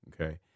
okay